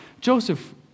Joseph